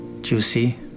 juicy